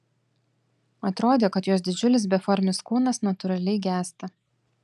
atrodė kad jos didžiulis beformis kūnas natūraliai gęsta